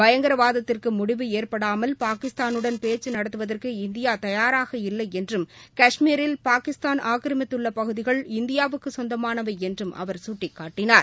பயங்கரவாதத்திற்கு முடிவு ஏற்படாமல் பாகிஸ்தானுடன் பேச்சு நடத்துவதற்கு இந்தியா தயாராக இல்லை என்றும் கஷ்மீரில் பாகிஸ்தான் ஆக்கிரமித்துள்ள பகுதிகள் இந்தியாவுக்கு சொந்தமானவை என்றும் அவர் சுட்டிக்காட்டினார்